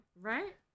Right